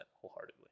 wholeheartedly